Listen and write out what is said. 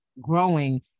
growing